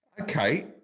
Okay